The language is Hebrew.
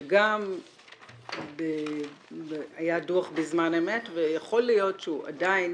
שגם היה דו"ח בזמן אמת ויכול להיות שעדיין